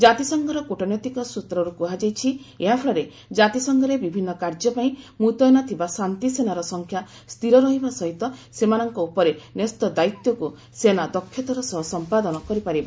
ଜାତିସଂଘର କୁଟନୈତିକ ସୂତ୍ରରୁ କୁହାଯାଇଛି ଏହାଫଳରେ ଜାତିସଂଘରେ ବିଭିନ୍ନ କାର୍ଯ୍ୟ ପାଇଁ ମୁତୟନ ଥିବା ଶାନ୍ତିସେନାର ସଂଖ୍ୟା ସ୍ଥିର ରହିବା ସହିତ ସେମାନଙ୍କ ଉପରେ ନ୍ୟସ୍ତ ଦାୟିତ୍ୱକୁ ସେନା ଦକ୍ଷତାର ସହ ସମ୍ପାଦନ କରିପାରିବ